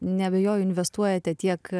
neabejoju investuojate tiek